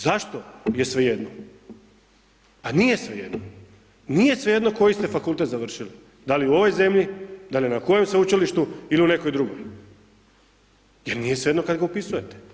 Zašto, zašto je svejedno, pa nije svejedno, nije svejedno koji ste fakultet završili, da li u ovoj zemlji, da li na kojem sveučilištu ili u nekoj drugoj, jer nije sve jedno kad ga upisujete.